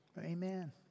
Amen